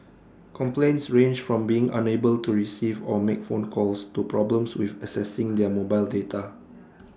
complaints ranged from being unable to receive or make phone calls to problems with accessing their mobile data